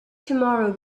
tomorrow